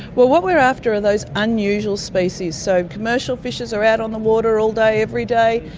what what we're after are those unusual species. so commercial fishers are out on the water all day, every day,